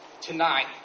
tonight